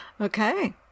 okay